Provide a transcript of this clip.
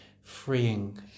freeing